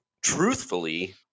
truthfully